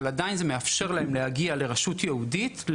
אבל זה עדיין מאפשר להם להגיע לרשות יהודית,